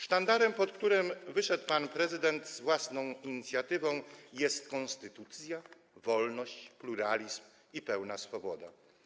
Sztandarem, pod którym wyszedł pan prezydent z własną inicjatywą, jest konstytucja, wolność, pluralizm i pełna swoboda.